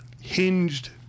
hinged